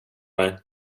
mig